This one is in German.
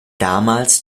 damals